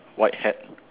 white hat